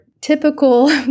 typical